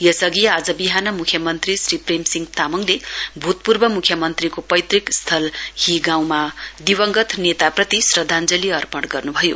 यसअघि आज बिहान मुख्यमन्त्री श्री प्रेमसिंह तामाङले भूतपूर्व मुख्यमन्त्रीको पैतृक स्थल ही गाउँमा दिवंगत नेताप्रति श्रद्धाञ्जली अर्पण गर्नुभयो